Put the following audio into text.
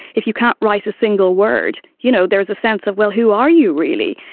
if you can't write a single word you know there's a sense of, well, who are you really?